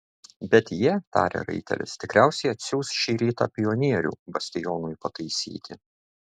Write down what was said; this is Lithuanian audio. bet jie tarė raitelis tikriausiai atsiųs šį rytą pionierių bastionui pataisyti